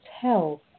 tell